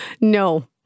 No